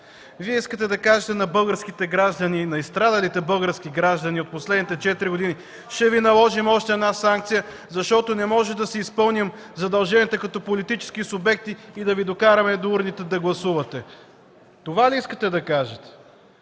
Вие искате да кажете на изстрадалите български граждани от последните четири години: „Ще Ви наложим още една санкция, защото не можем да си изпълним задълженията като политически субекти и да Ви докараме до урните да гласувате”. Това ли искате да кажете?